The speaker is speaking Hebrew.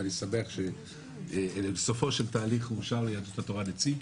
ואני שמח שבסופו של תהליך אושר ליהדות התורה נציג.